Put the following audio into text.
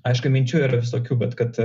aišku minčių yra visokių bet kad